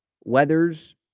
Weathers